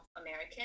American